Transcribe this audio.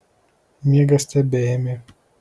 miegas tebeėmė